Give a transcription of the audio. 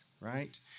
right